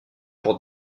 pour